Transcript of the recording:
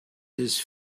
his